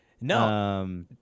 No